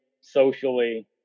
socially